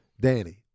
Danny